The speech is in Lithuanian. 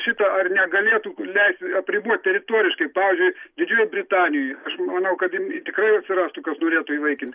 šita ar negalėtų leis apribot teritoriškai pavyzdžiui didžiojoj britanijoj aš manau kad jin tikrai atsirastų kas norėtų įvaikint